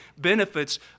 benefits